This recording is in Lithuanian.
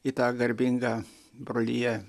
į tą garbingą broliją